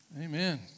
Amen